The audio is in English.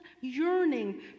yearning